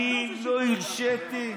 אני לא הרשיתי?